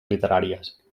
literàries